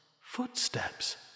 Footsteps